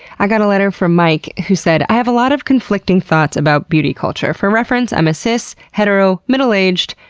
i got a letter from mike who said, i have a lot of conflicting thoughts about beauty culture. for reference i'm a cis, hetero, middle-aged,